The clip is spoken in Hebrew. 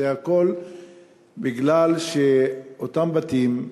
והכול בגלל שאותם בתים,